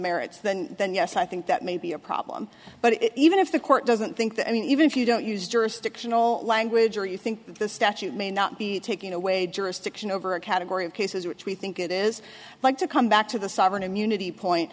merits then then yes i think that may be a problem but even if the court doesn't think that i mean even if you don't use jurisdictional language or you think the statute may not be taking away jurisdiction over a category of cases which we think it is like to come back to the sovereign immunity